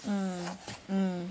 mm mm